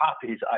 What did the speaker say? copies